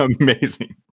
amazing